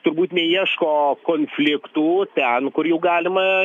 turbūt neieško konfliktų ten kur jų galima